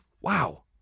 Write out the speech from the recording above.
Wow